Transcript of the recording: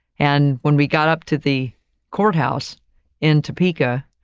and when we got up to the courthouse in topeka,